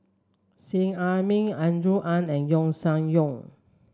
Seet Ai Mee Andrew Ang and Yeo Shih Yun